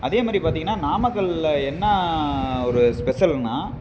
அதே மாதிரி பார்த்தீங்கன்னா நாமக்கலில் என்ன ஒரு ஸ்பெசல்னா